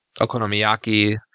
Okonomiyaki